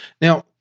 Now